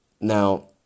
Now